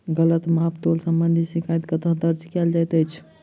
गलत माप तोल संबंधी शिकायत कतह दर्ज कैल जाइत अछि?